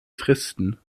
fristen